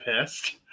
pissed